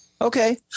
Okay